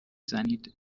زنید